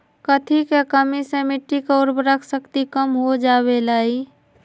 कथी के कमी से मिट्टी के उर्वरक शक्ति कम हो जावेलाई?